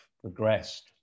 progressed